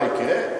מה יקרה?